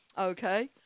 Okay